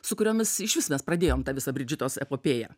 su kuriomis išvis mes pradėjom tą visą bridžitos epopėją